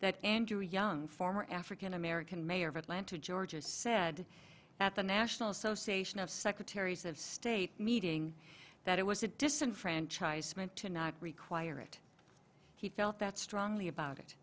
that andrew young former african american mayor of atlanta georgia said at the national association of secretaries of state meeting that it was a disenfranchisement to not require it he felt that strongly about it